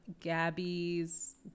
Gabby's